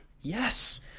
Yes